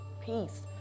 peace